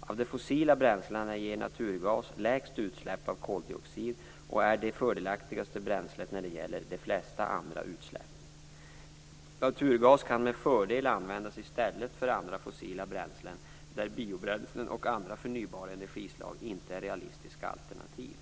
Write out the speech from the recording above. Av de fossila bränslena ger naturgas lägst utsläpp av koldioxid och är det fördelaktigaste bränslet när det gäller de flesta andra utsläpp. Naturgas kan med fördel användas i stället för andra fossila bränslen där biobränslen och andra förnybara energislag inte är realistiska alternativ.